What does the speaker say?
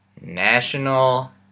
National